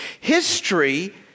history